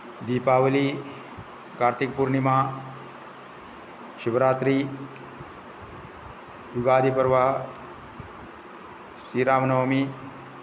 Deepavali Kartik Purnima Shivaratri Yugadi Parva Shri Ram Navami